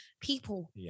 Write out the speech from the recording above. people